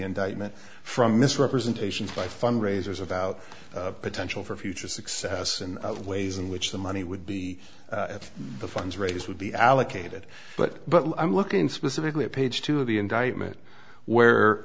indictment from misrepresentations by fundraisers about potential for future success and of ways in which the money would be at the funds raised would be allocated but but i'm looking specifically at page two of the indictment where